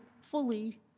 fully